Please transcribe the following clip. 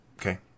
Okay